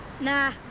Nah